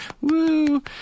Woo